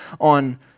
on